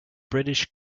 british